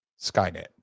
Skynet